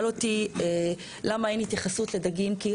אני רוצה להבין את מרחבי אי ההסכמה שאתם מזהים כרגע.